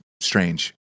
strange